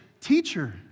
teacher